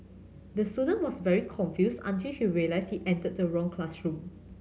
the student was very confused until he realized he entered the wrong classroom